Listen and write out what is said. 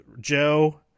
Joe